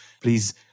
please